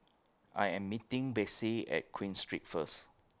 I Am meeting Betsey At Queen Street First